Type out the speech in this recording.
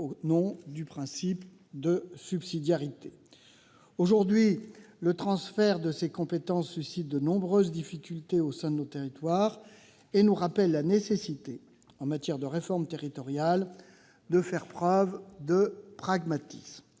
au nom du principe de subsidiarité. Aujourd'hui, le transfert de ces compétences suscite de nombreuses difficultés au sein de nos territoires, ce qui nous rappelle la nécessité, en matière de réformes territoriales, de faire preuve de pragmatisme.